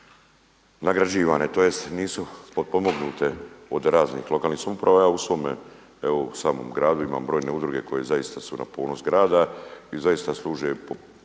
nagrađivanje tj. nisu potpomognute od raznih lokalnih samouprava. Ja u svome samom gradu imam brojne udruge koje su zaista na ponos grada i zaista sluše i